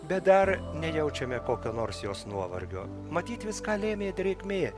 bet dar nejaučiame kokio nors jos nuovargio matyt viską lėmė drėgmė